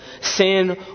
Sin